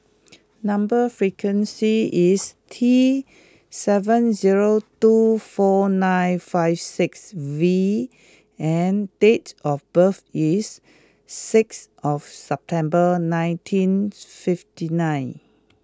number sequence is T seven zero two four nine five six V and date of birth is six September nineteen fifty nine